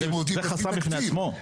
כי הם עובדים לפי תקציב,